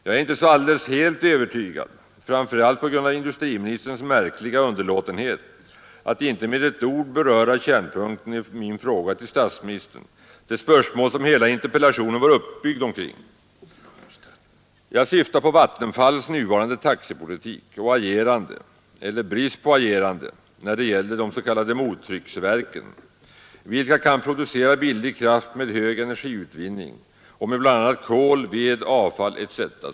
Jag är inte helt övertygad, framför allt på grund av industriministerns märkliga underlåtenhet att inte med ett ord beröra kärnpunkten i min fråga till statsministern, det spörsmål som hela interpellationen var uppbyggd omkring. Jag syftar på Vattenfalls nuvarande taxepolitik och agerande — eller brist på agerande — när det gäller de s.k. mottrycksverken, vilka kan producera billig kraft med hög energiutvinning och med bl.a. kol, ved, avfall etc.